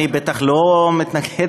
אני בטח לא מתנגד.